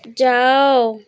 ଯାଅ